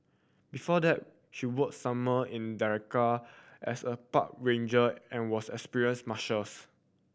before that she worked summer in Denali as a park ranger and was an experienced mushers